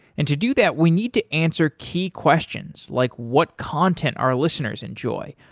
and to do that, we need to answer key questions, like what content our listeners enjoy.